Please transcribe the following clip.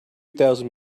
thousand